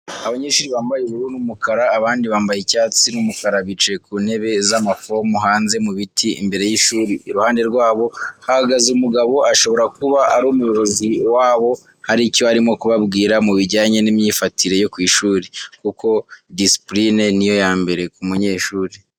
Abanyeshuri bambaye ubururu numukara abandi bambaye icyatsi n,umukara bicaye kuntebe zamafomu hanze mubiti imbere y,ishuri iruhande rwabo hahagaze umugabo ashobora kuba arumuyobozi wabo haricyo arimo kubabwira mubijyanye nimyifatire yo kwishuri. kuko disipurine niyo yambere kumunyeshuri.